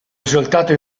risultato